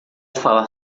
falar